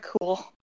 cool